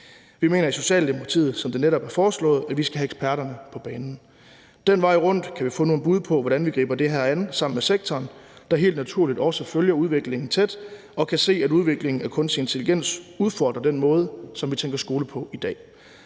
Vi mener i Socialdemokratiet, som det netop er foreslået, at vi skal have eksperterne på banen. Den vej rundt kan vi få nogle bud på, hvordan vi griber det her an sammen med sektoren, der helt naturligt også følger udviklingen tæt og kan se, at udviklingen af kunstig intelligens udfordrer den måde, som vi tænker skole på i dag.